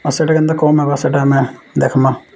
ଆଉ ସେଇଟା କେନ୍ତା କମ ହେବା ସେଇଟା ଆମେ ଦେଖମା